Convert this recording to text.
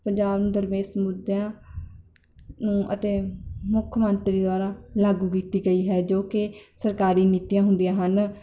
ਪੰਜਾਬ ਨੂੰ ਦਰਵੇਸ਼ ਮੁੱਦਿਆਂ ਨੂੰ ਅਤੇ ਮੁੱਖ ਮੰਤਰੀ ਦੁਆਰਾ ਲਾਗੂ ਕੀਤੀ ਗਈ ਹੈ ਜੋ ਕਿ ਸਰਕਾਰੀ ਨੀਤੀਆਂ ਹੁੰਦੀਆਂ ਹਨ